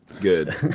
good